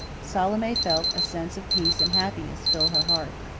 salome felt a sense of peace and happiness fill her heart.